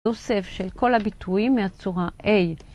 אוסף של כל הביטויים מהצורה A.